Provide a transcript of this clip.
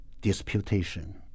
disputation